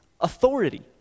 authority